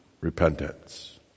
repentance